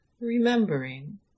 remembering